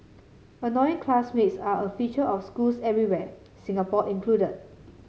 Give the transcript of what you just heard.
annoying classmates are a feature of schools everywhere Singapore included